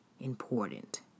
important